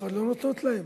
כבר לא נותנות להם.